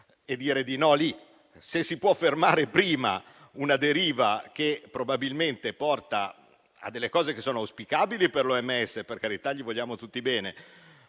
per dire di no in quella fase. Si può fermare prima? È una deriva che probabilmente porta a cose che sono auspicabili per l'OMS - per carità, le vogliamo tutti bene